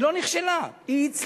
היא לא נכשלה, היא הצליחה.